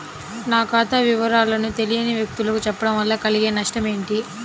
నా ఖాతా వివరాలను తెలియని వ్యక్తులకు చెప్పడం వల్ల కలిగే నష్టమేంటి?